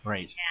Right